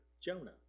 Jonah